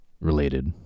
related